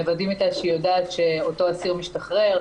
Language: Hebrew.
מוודאים איתה שהיא יודעת שאותו אסיר משתחרר,